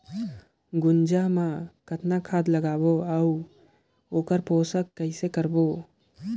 गुनजा मा कतना खाद लगाबो अउ आऊ ओकर पोषण कइसे करबो?